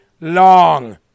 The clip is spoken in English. long